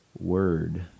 Word